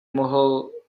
mohl